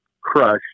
crushed